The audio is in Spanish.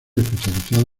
especializado